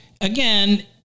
again